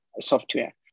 software